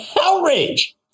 outrage